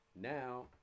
Now